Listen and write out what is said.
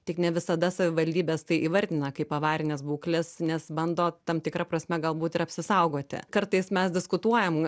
tik ne visada savivaldybės tai įvardina kaip avarinės būklės nes bando tam tikra prasme galbūt ir apsisaugoti kartais mes diskutuojam